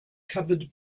covered